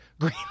Green